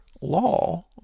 law